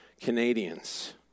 Canadians